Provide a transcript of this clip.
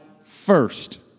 first